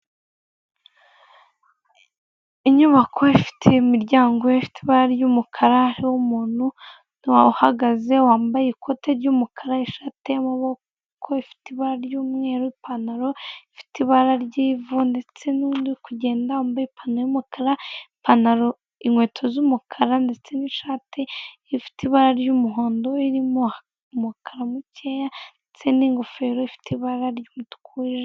Inyubako ifite imiryango ifite ibara ry'umukara hariho umuntu uhagaze wambaye ikoti ry'umukara, ishati y'amaboko ifite ibara ry'umweru, ipantaro ifite ibara ry'ivu ndetse n'undi uri kugenda wambaye ipantaro yumukara ipantaro inkweto z'umukara ndetse n'ishati ifite ibara ry'umuhondo irimo umukara mukeya ndetse n'ingofero ifite ibara ry'umutuku wijimye.